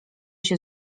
się